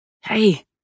Hey